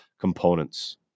components